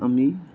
আমি